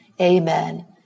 Amen